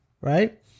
right